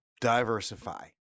Diversify